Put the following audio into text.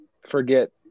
forget